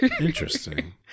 Interesting